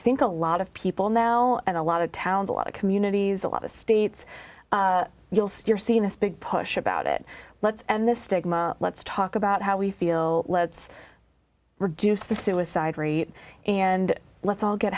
think a lot of people now and a lot of towns a lot of communities a lot of states you'll still see this big push about it let's end this stigma let's talk about how we feel let's reduce the suicide rate and let's all get